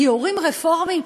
"גיורים רפורמיים"?